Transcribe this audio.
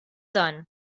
dan